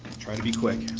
try to be quick.